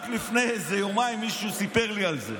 רק לפני איזה יומיים מישהו סיפר לי על זה.